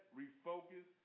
refocus